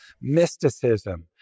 Mysticism